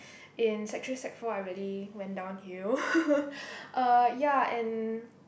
in sec-three sec-four I really went downhill uh ya and